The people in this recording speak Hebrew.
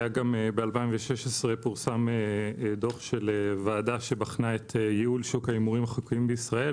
ב-2016 פורסם דוח של ועדה שבחנה את ייעול שוק ההימורים החוקיים בישראל,